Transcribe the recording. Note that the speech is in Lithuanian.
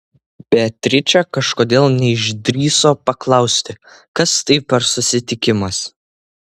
beatričė kažkodėl neišdrįso paklausti kas tai per susitikimas